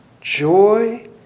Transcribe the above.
joy